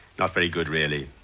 not very good really,